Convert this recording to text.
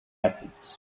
methods